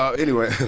um anyway.